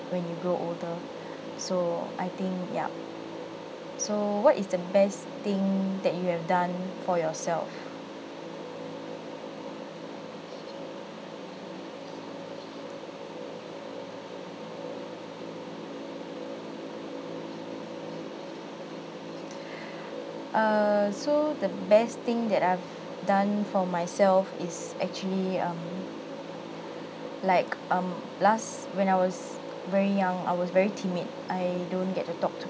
when you grow older so I think yup so what is the best thing that you have done for yourself err so the best thing that I've done for myself is actually um like um last when I was very young I was very timid I don't get to talk to